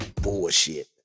bullshit